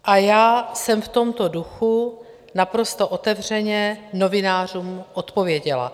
A já jsem v tomto duchu naprosto otevřeně novinářům odpověděla.